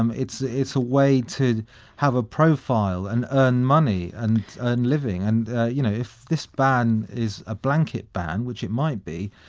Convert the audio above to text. um it's it's a way to have a profile and earn money and and living and you know if this ban is a blanket ban, which it might be,